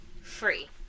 free